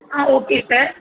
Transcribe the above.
ah okay sir